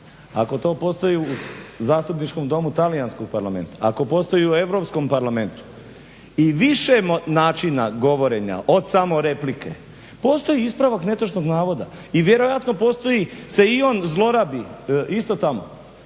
ako to postoji u Zastupničkom domu talijanskog Parlamenta, ako postoji i u EU parlamentu i više načina govorenja od samo replike, postoji ispravak netočnog navoda i vjerojatno postoji se i on zlorabi isto tamo.